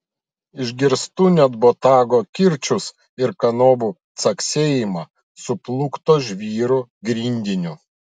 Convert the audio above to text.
išgirstu net botago kirčius ir kanopų caksėjimą suplūkto žvyro grindiniu